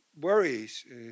worries